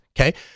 okay